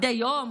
מדי יום,